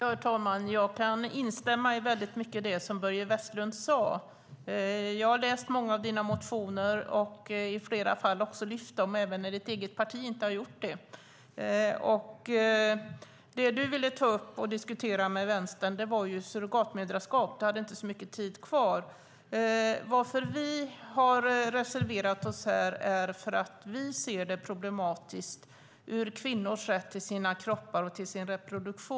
Herr talman! Jag kan instämma i väldigt mycket av det Börje Vestlund sade. Jag har läst många av dina motioner och i flera fall också lyft fram dem även när ditt eget parti inte har gjort det. Det du ville ta upp och diskutera med Vänstern var surrogatmoderskap. Du hade inte så mycket talartid kvar. Vi har reserverat oss här för att vi ser att det är problematiskt när det gäller kvinnors rätt till sina kroppar och till sin reproduktion.